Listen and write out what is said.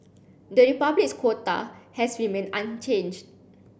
the republic's quota has remained unchanged